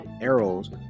arrows